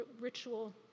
ritual